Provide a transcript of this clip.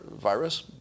virus